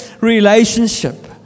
relationship